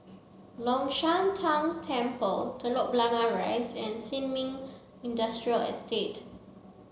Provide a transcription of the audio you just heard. Long Shan Tang Temple Telok Blangah Rise and Sin Ming Industrial Estate